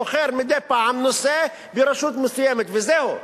בוחר מדי פעם נושא ברשות מסוימת וזהו.